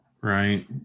right